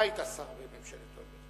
אתה היית שר בממשלת אולמרט.